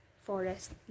forest